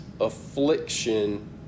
affliction